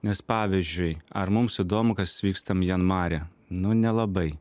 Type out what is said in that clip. nes pavyzdžiui ar mums įdomu kas vyksta mianmare nu nelabai